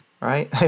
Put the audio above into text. right